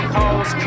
holes